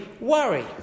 worry